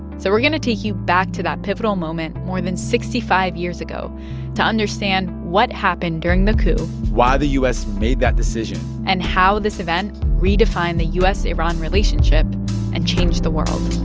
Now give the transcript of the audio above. so we're going to take you back to that pivotal moment more than sixty five years ago to understand what happened during the coup. why the u s. made that decision. and how this event redefined the u s iran relationship and changed the world